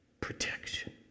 protection